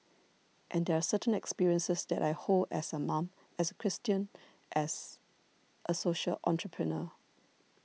and there are certain experiences that I hold as a mom as a Christian as a social entrepreneur